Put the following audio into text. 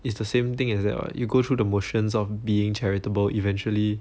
it's the same thing as that [what] you go through the motions of being charitable eventually